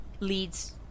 leads